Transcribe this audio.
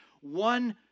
one